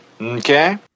Okay